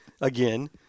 again